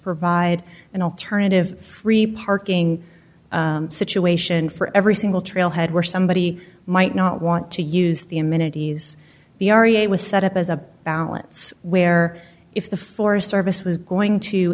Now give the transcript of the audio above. provide an alternative free parking situation for every single trailhead where somebody might not want to use the amenities the r b a was set up as a balance where if the forest service was going to